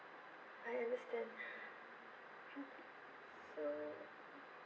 I understand so